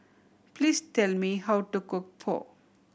please tell me how to cook Pho